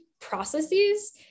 processes